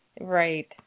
Right